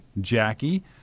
Jackie